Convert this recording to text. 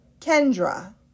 kendra